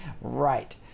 Right